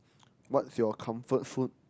what's your comfort food